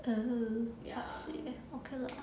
oh I see okay lah